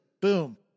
boom